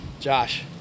Josh